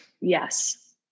Yes